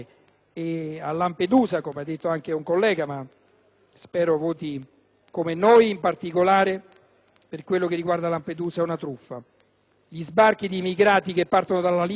che spero voti come noi), è una truffa. Gli sbarchi di immigrati che partono dalla Libia sono gestiti da mercanti di schiavi che trovano la complicità di settori collusi della polizia libica